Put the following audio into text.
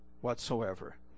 whatsoever